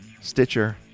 Stitcher